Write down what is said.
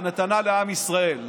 ונתנה לעם ישראל.